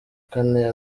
kane